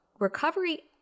Recovery